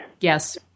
Yes